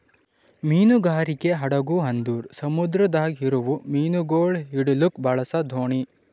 ಮೀನುಗಾರಿಕೆ ಹಡಗು ಅಂದುರ್ ಸಮುದ್ರದಾಗ್ ಇರವು ಮೀನುಗೊಳ್ ಹಿಡಿಲುಕ್ ಬಳಸ ದೋಣಿ